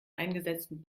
eingesetzten